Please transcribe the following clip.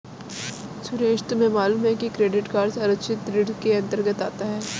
सुरेश तुम्हें मालूम है क्रेडिट कार्ड असुरक्षित ऋण के अंतर्गत आता है